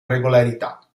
regolarità